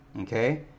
Okay